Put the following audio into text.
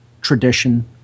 tradition